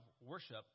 worship